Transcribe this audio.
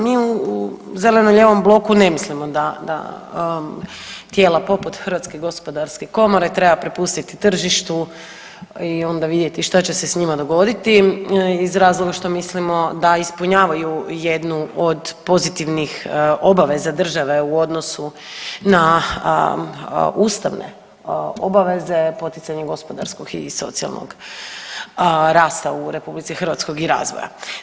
Mi u zeleno-lijevom bloku ne mislimo da tijela poput Hrvatske gospodarske komore treba prepustiti tržištu i onda vidjeti što će se s njima dogoditi iz razloga što mislimo da ispunjavaju jednu od pozitivnih obaveza države u odnosu na ustavne obaveze, poticanje gospodarskog i socijalnog rasta u Republici Hrvatskoj i razvoja.